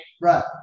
Right